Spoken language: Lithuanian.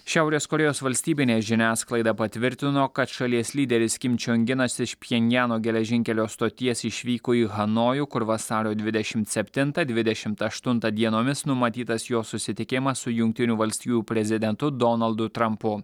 šiaurės korėjos valstybinė žiniasklaida patvirtino kad šalies lyderis kim čiong inas iš pjenjano geležinkelio stoties išvyko į hanojų kur vasario dvidešimt septintą dvidešimt aštuntą dienomis numatytas jo susitikimas su jungtinių valstijų prezidentu donaldu trampu